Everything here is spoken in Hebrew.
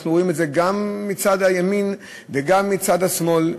אנחנו רואים את זה גם מצד הימין וגם מצד השמאל,